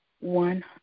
one